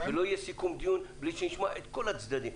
לא יהיה סיכום דיון בלי שנשמע את כל הצדדים.